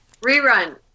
Rerun